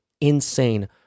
insane